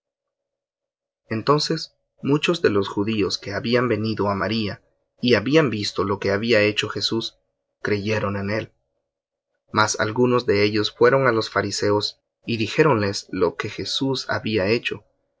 entonces muchos de los judíos que habían venido á maría y habían visto lo que había hecho jesús creyeron en él mas algunos de ellos fueron á los fariseos y dijéronles lo que jesús había hecho